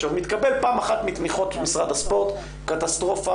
עכשיו מתקבל פעם אחת מתמיכות ממשרד הספורט קטסטרופה,